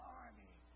army